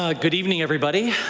ah good evening, everybody.